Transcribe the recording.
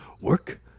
Work